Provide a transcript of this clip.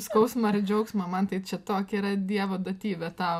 skausmą ar džiaugsmą man tai čia tokia yra dievo duotybė tau